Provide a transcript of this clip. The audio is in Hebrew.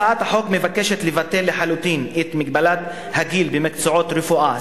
הצעת החוק מבקשת לבטל לחלוטין את מגבלת הגיל במקצועות רפואה,